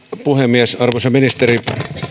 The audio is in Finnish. puhemies arvoisa ministeri